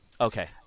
Okay